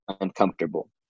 uncomfortable